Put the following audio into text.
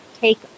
take